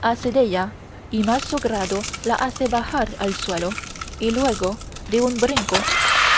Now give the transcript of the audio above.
faldellín ase della y mal su grado la hace bajar al suelo y luego de un brinco